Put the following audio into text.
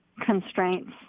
constraints